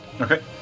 Okay